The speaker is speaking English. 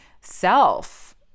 self